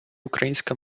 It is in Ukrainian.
українська